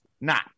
Nah